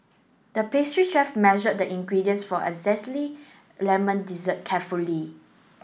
the pastry chef measured the ingredients for a zesty lemon dessert carefully